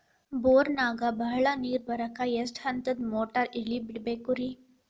ಬೋರಿನಾಗ ಬಹಳ ನೇರು ಬರಾಕ ಎಷ್ಟು ಹಂತದ ಮೋಟಾರ್ ಇಳೆ ಬಿಡಬೇಕು ರಿ?